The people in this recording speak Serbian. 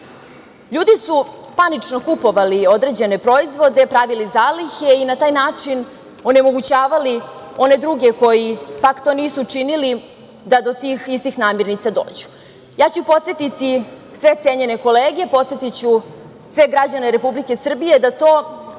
Ljudi su panično kupovali određene proizvode, pravili zalihe i na taj način onemogućavali one druge koji pak to nisu činili da do tih istih namirnica dođu. Podsetiću sve cenjene kolege, podsetiću sve građane Republike Srbije da to